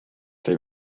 they